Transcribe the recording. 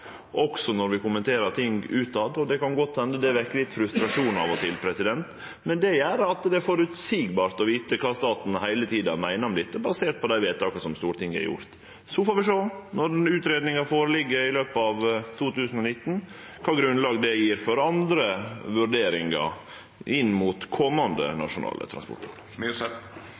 også når vi kommenterer ting ute. Det kan godt hende det vekkjer litt frustrasjon av og til, men det gjer at det er føreseieleg å vite kva staten heile tida meiner om dette, basert på dei vedtaka Stortinget har gjort. Så får vi sjå når utgreiinga ligg føre i løpet av 2019, kva grunnlag det gjev for andre vurderingar inn mot komande nasjonale